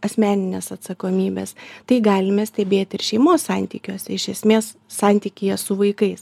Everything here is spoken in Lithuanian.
asmeninės atsakomybės tai galime stebėti ir šeimos santykiuose iš esmės santykyje su vaikais